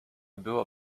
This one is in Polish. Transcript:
było